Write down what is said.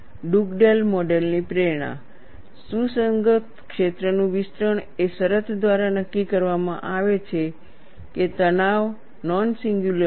Dugdale model ની પ્રેરણા સુસંગત ક્ષેત્રનું વિસ્તરણ એ શરત દ્વારા નક્કી કરવામાં આવે છે કે તણાવ નોન સિંગ્યુલર છે